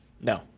No